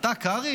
אתה, קרעי?